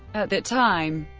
at that time,